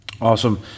Awesome